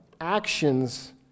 actions